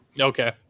Okay